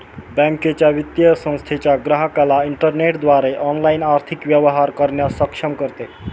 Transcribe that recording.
बँकेच्या, वित्तीय संस्थेच्या ग्राहकाला इंटरनेटद्वारे ऑनलाइन आर्थिक व्यवहार करण्यास सक्षम करते